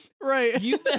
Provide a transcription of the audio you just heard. Right